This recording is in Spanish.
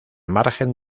margen